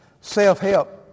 self-help